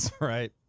Right